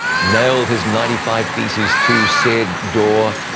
nailed his ninety five theses to said door,